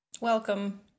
welcome